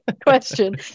question